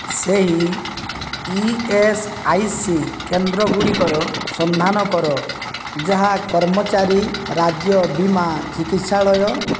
ସେହି E S I C କେନ୍ଦ୍ରଗୁଡ଼ିକର ସନ୍ଧାନ କର ଯାହା କର୍ମଚାରୀ ରାଜ୍ୟ ବୀମା ଚିକିତ୍ସାଳୟ